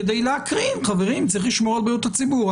כדי להקרין: חברים, צריך לשמור על בריאות הציבור?